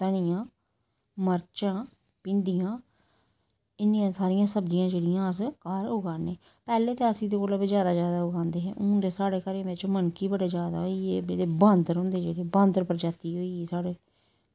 धनिया मरचां भिंडियां इन्नियां सारियां सब्ज़ियां जेह्ड़ियां अस घर उगाने पैह्लें ते अस दूर बाजार ज्यादा उगांदे हे हून ते साढ़े घर बिच्च मंकी बड़े ज्यादा होई गेदे जेह्ड़े बांदर होंदे जेह्ड़ी बांदर प्रजाति होई गेई साढ़ै